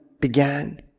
began